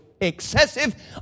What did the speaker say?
excessive